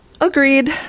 Agreed